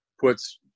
puts